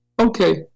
Okay